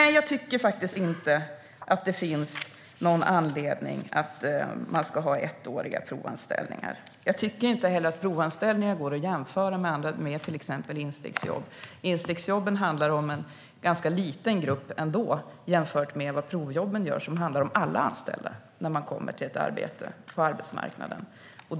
Jag tycker faktiskt inte att det finns någon anledning att ha ettåriga provanställningar. Jag tycker heller inte att provanställningar går att jämföra med till exempel instegsjobb. Instegsjobben handlar om en ganska liten grupp jämfört med provjobben, som handlar om alla anställda som kommer till ett arbete på arbetsmarknaden.